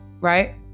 right